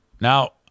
Now